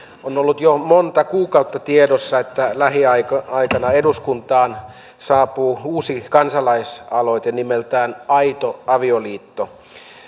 on ollut jo monta kuukautta tiedossa että lähiaikana eduskuntaan saapuu uusi kansalaisaloite nimeltään aito avioliitto